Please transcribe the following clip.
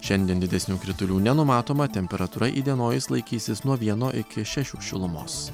šiandien didesnių kritulių nenumatoma temperatūra įdienojus laikysis nuo vieno iki šešių šilumos